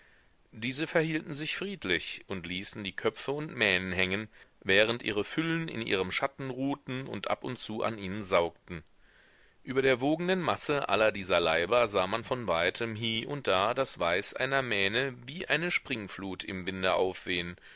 diese verhielten sich friedlich und ließen die köpfe und mähnen hängen während ihre füllen in ihrem schatten ruhten und ab und zu an ihnen saugten über der wogenden masse aller dieser leiber sah man von weitem hie und da das weiß einer mähne wie eine springflut im winde aufwehen